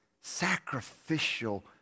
sacrificial